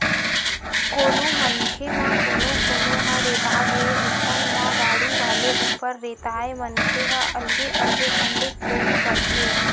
कोनो मनखे म कोनो कोनो ह रेता गे अइसन म गाड़ी वाले ऊपर रेताय मनखे ह अलगे अलगे ढंग ले क्लेम करथे